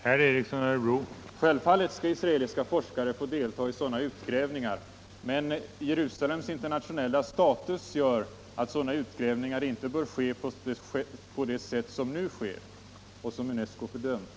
Herr talman! Självfallet skall israeliska forskare få delta i sådana utgrävningar, men Jerusalems internationella status gör att sådana utgrävningar inte bör ske på det sätt som nu sker och som UNESCO fördömt.